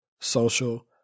social